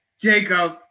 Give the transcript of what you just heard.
Jacob